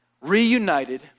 Reunited